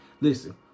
Listen